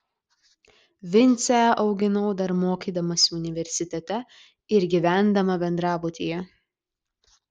vincę auginau dar mokydamasi universitete ir gyvendama bendrabutyje